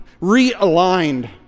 realigned